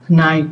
פנאי,